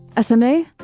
SMA